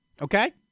okay